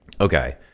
Okay